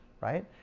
right